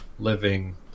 living